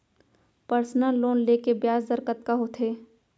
Personal loan ले के ब्याज दर कतका होथे?